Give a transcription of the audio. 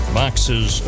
boxes